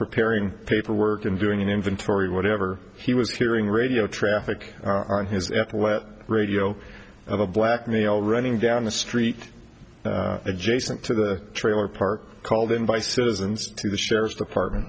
preparing paperwork and doing an inventory whatever he was hearing radio traffic on his radio of a black male running down the street adjacent to the trailer park called in by citizens to the sheriff's department